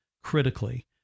critically